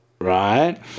right